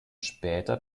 später